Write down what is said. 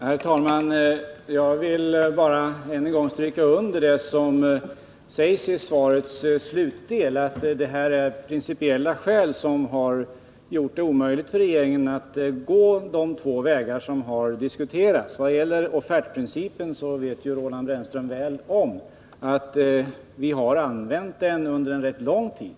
Herr talman! Jag vill bara än en gång stryka under det som sägs i svarets slutdel, att det är principiella skäl som har gjort det omöjligt för regeringen att gå in på de två vägar som diskuterats. Vad gäller offertprincipen känner Roland Brännström väl till att vi har tillämpat den under en rätt lång tid.